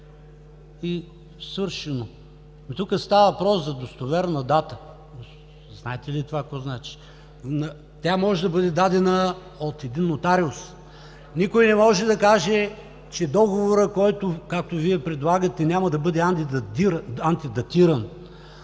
и свършено. Ами, тук става въпрос за достоверна дата! Знаете ли какво значи това? Тя може да бъде дадена от един нотариус. Никой не може да каже, че договорът, който, както Вие предлагате, няма да бъде антидатиран,